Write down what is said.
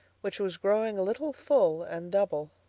which was growing a little full and double.